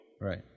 Right